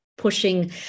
pushing